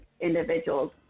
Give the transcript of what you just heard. individuals